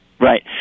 Right